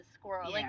squirrel